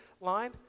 line